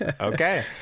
Okay